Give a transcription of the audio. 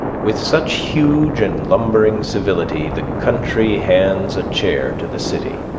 with such huge and lumbering civility the country hands a chair to the city.